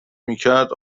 میکرد